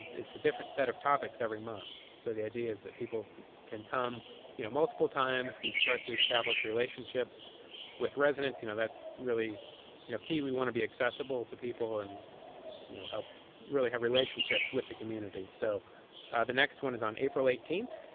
it's a different set of topics every month. so the idea is that people can come you know multiple times. we start to establish relationships with residents. you know that's really you know key. we want to be accessible to people and you know really have relationships relationships with the community. so the next one is on april eighteenth,